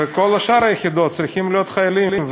ובכל שאר היחידות צריכים להיות חיילים,